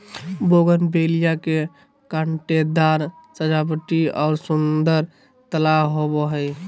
bougainvillea के कांटेदार सजावटी और सुंदर लता होबा हइ